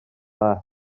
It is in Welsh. dda